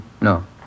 No